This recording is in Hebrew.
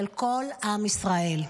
ושל כל עם ישראל.